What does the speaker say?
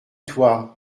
toi